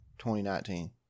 2019